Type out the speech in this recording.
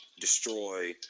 destroy